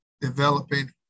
developing